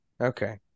Okay